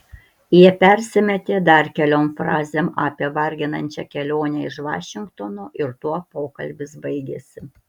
jie persimetė dar keliom frazėm apie varginančią kelionę iš vašingtono ir tuo pokalbis baigėsi